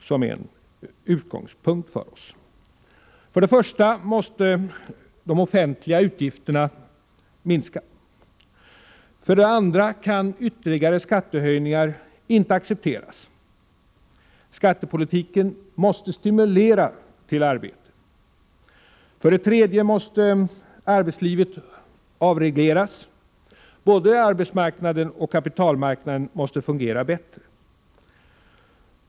För det första måste de offentliga utgifterna minska. För det andra kan ytterligare skattehöjningar inte accepteras. Skattepolitiken måste stimulera till arbete. För det tredje måste arbetslivet avregleras. Både arbetsmarknad och kapitalmarknad måste fungera bättre.